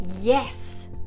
yes